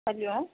hello